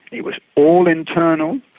it was all internal,